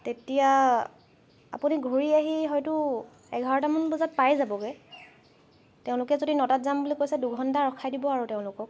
তেতিয়া আপুনি ঘূৰি আহি হয়তো এঘাৰটামান বজাত পাই যাবগৈ তেওঁলোকে যদি নটাত যাম বুলি কৈছে দুঘণ্টা ৰখাই দিব আৰু তেওঁলোকক